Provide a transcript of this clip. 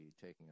taking